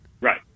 Right